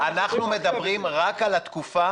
לא, אנחנו מדברים רק על התקופה